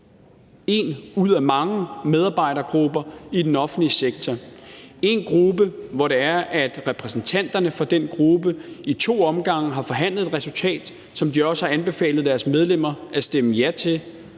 én ud af mange medarbejdergrupper i den offentlige sektor – en gruppe, hvor det er, at repræsentanterne for den gruppe i to omgange har forhandlet et resultat, som de også har anbefalet deres medlemmer at stemme ja til.